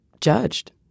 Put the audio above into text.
judged